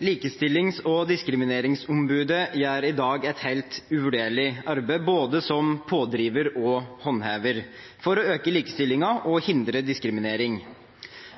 Likestillings- og diskrimineringsombudet gjør i dag et helt uvurderlig arbeid, både som pådriver og som håndhever, for å øke likestillingen og hindre diskriminering.